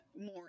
more